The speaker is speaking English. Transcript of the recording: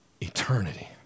eternity